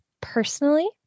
personally